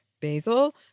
basil